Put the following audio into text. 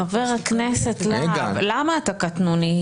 חבר הכנסת להב, למה אתה קטנוני?